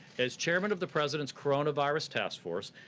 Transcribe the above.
as chairman of the president's coronavirus task force,